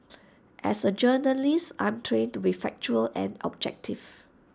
as A journalist I'm trained to be factual and objective